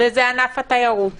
וזה ענף התיירות